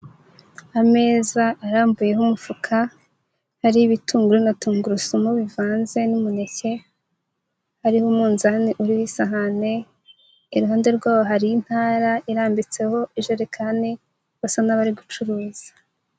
Ameza arambuyeho umufuka, ariho ibitunguru na tungurusumu bivanze n'umuneke, hariho umunzani uriho isahane, iruhande rwabo hari intara irambitseho ijerekani, basa n'abari gucuruza.